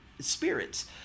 spirits